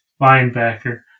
linebacker